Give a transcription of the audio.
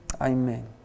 Amen